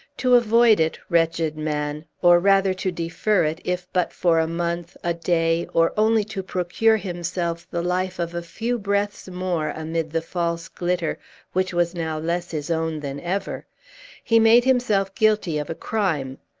to avoid it wretched man or rather to defer it, if but for a month, a day, or only to procure himself the life of a few breaths more amid the false glitter which was now less his own than ever he made himself guilty of a crime.